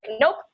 nope